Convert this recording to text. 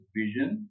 vision